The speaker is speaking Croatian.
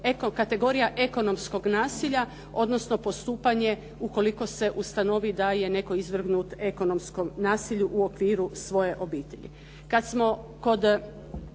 kategorija, ekonomskog nasilja, odnosno postupanje ukoliko se ustanovi da je netko izvrgnut ekonomskom nasilju u okviru svoje obitelji.